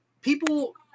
people